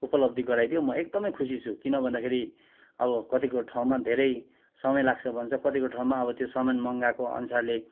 उपलब्धि गराइदियो मो एकदमै खुसी छु किन भन्दाखेरि अब कतिको ठाउँमा धेरै समय लाग्छ भन्छ कतिको ठाउँमा अब त्यो सामान मँगाएको अनुसारले